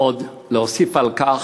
עוד להוסיף על כך,